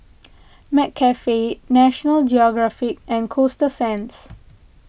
McCafe National Geographic and Coasta Sands